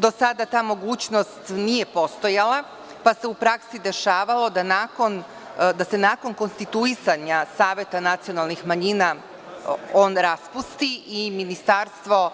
Do sada ta mogućnost nije postojala pa se u praksi dešavalo da se nakon konstituisanja saveta nacionalnih manjina on raspusti i ministarstvo